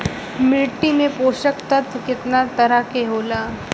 मिट्टी में पोषक तत्व कितना तरह के होला?